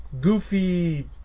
goofy